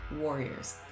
warriors